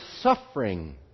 suffering